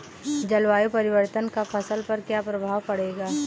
जलवायु परिवर्तन का फसल पर क्या प्रभाव पड़ेगा?